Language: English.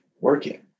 working